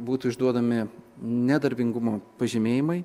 būtų išduodami nedarbingumo pažymėjimai